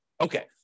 Okay